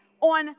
on